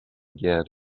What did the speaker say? get